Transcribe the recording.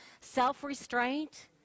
self-restraint